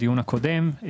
בדיון הקודם,